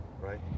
Right